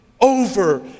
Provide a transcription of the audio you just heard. over